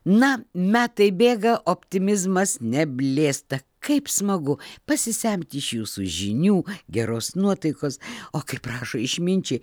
na metai bėga optimizmas neblėsta kaip smagu pasisemt iš jūsų žinių geros nuotaikos o kaip rašo išminčiai